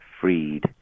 Freed